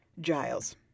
Giles